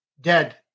dead